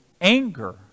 anger